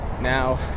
now